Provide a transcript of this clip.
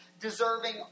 deserving